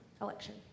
election